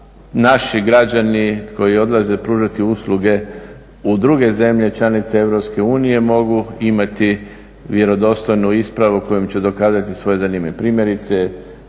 naši građani koji odlaze pružiti usluge u druge zemlje članice EU mogu imati vjerodostojnu ispravu kojom će dokazati svoje zanimanje. Primjerice,